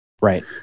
right